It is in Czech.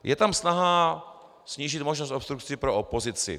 Je tam snaha, snížit možnost obstrukcí pro opozici.